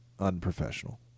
unprofessional